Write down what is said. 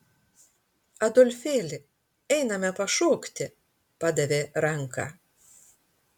adolfėli einame pašokti padavė ranką